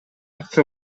акча